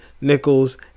nickels